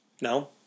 No